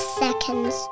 seconds